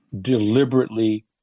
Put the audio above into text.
Deliberately